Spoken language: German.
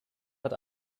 hat